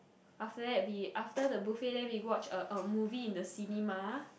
after that we after the buffet then we watch a a movie in the cinema